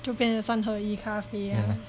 就变成三合一咖啡 ah